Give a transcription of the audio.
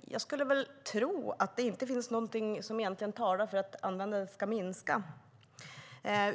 Jag skulle tro att det inte finns något som talar för att användandet ska minska.